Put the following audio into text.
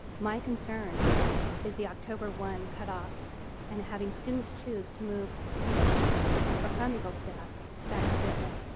my concern is the october one cut off and having students choose to move to eagle staff or from eagle staff back to whitman.